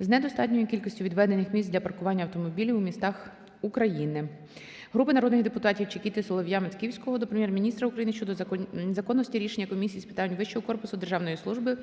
з недостатньою кількістю відведених місць для паркування автомобілів у містах України. Групи народних депутатів (Чекіти, Солов'я, Матківського) до Прем'єр-міністра України щодо законності рішення Комісії з питань вищого корпусу державної служби